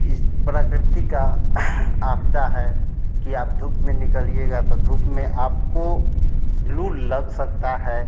इस प्रकृति की आपदा है कि आप धूप में निकलिएगा तो धूप में आपको लू लग सकती है